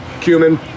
cumin